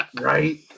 Right